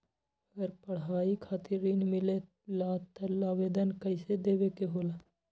अगर पढ़ाई खातीर ऋण मिले ला त आवेदन कईसे देवे के होला?